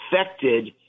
affected